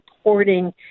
supporting